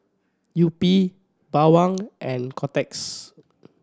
Yupi Bawang and Kotex